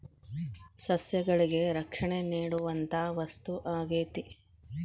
ಸಸ್ಯಗಳಿಗೆ ರಕ್ಷಣೆ ನೇಡುವಂತಾ ವಸ್ತು ಆಗೇತಿ